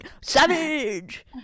savage